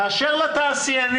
אני מאשר לתעשיינים.